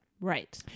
right